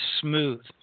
smooth